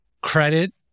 credit